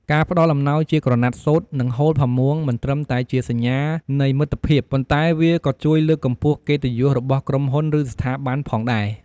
ការផ្តល់អំណោយជាក្រណាត់សូត្រ និងហូលផាមួង មិនត្រឹមតែជាសញ្ញានៃមិត្តភាព ប៉ុន្តែវាក៏ជួយលើកកម្ពស់កិត្តិយសរបស់ក្រុមហ៊ុន ឬស្ថាប័នផងដែរ។